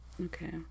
Okay